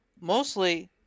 Mostly